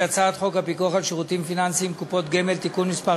הצעת חוק הפיקוח על שירותים פיננסיים (קופות גמל) (תיקון מס'